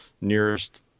nearest